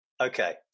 Okay